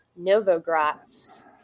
Novogratz